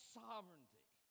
sovereignty